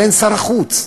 אבל אין שר חוץ.